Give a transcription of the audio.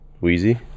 Wheezy